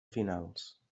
finals